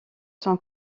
sont